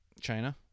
China